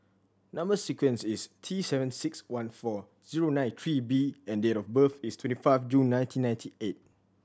number sequence is T seven six one four zero nine three B and date of birth is twenty five June nineteen ninety eight